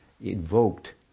invoked